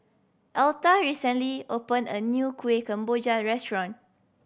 Elta recently opened a new Kuih Kemboja restaurant